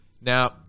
Now